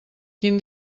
quin